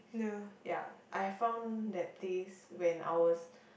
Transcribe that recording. yeah I found that place when I was